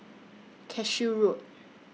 Cashew Road